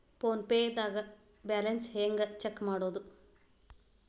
Phone pay ಒಳಗ balance ಹೆಂಗ್ check ಮಾಡುವುದು?